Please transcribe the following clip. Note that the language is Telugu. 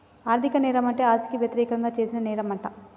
ఆర్ధిక నేరం అంటే ఆస్తికి యతిరేకంగా చేసిన నేరంమంట